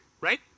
Right